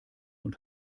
und